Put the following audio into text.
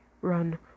Run